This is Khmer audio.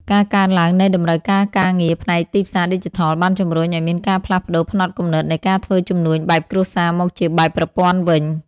ការកើនឡើងនៃតម្រូវការការងារផ្នែកទីផ្សារឌីជីថល បានជំរុញឱ្យមានការផ្លាស់ប្តូរផ្នត់គំនិតនៃការធ្វើជំនួញបែបគ្រួសារមកជាបែបប្រព័ន្ធវិញ។